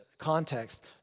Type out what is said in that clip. Context